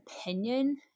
opinion